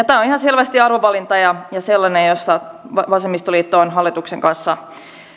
tämä on ihan selvästi arvovalinta sellainen josta vasemmistoliitto on hallituksen kanssa